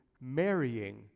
marrying